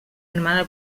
armada